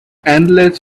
endless